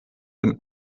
wenn